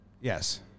Yes